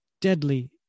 Deadly